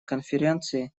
конференции